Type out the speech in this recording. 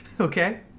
Okay